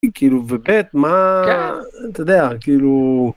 כאילו ו"בית" מה אתה יודע כאילו.